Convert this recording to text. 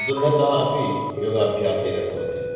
सुदृढता अपि योगाभ्यासेन भवति